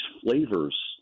flavors